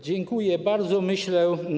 Dziękuję bardzo, myślę.